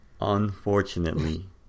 Unfortunately